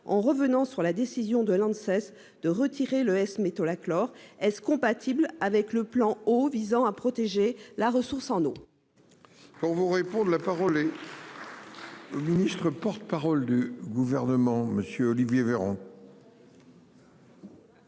En revenant sur la décision de l'Inde cesse de retirer le S-métolachlore est-ce compatible avec le plan visant à protéger la ressource en eau. Pour vous répondre. La parole est. Le ministre porte-parole du gouvernement, monsieur Olivier Véran.